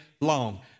long